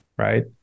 Right